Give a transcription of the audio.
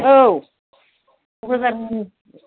औ कक्राझारनिनो